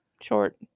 short